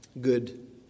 good